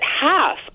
half